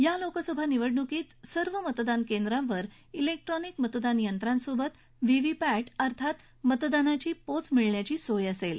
या लोकसभा निवडणुकीत सगळ्या मतदान केंद्रांवर इलेक्ट्रॉनिक मतदान यंत्रासेबत व्हीव्हीपॅट अर्थात मतदानाची पोच मिळण्याची सोय असेल